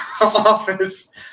office